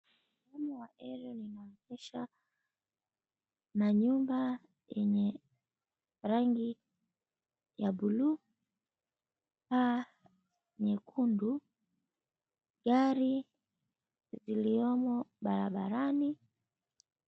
Linaonyesha manyumba yenye rangi ya buluu, paa nyekundu, gari iliyomo barabarani...